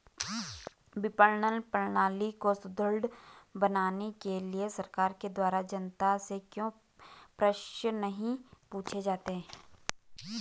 विपणन प्रणाली को सुदृढ़ बनाने के लिए सरकार के द्वारा जनता से क्यों प्रश्न नहीं पूछे जाते हैं?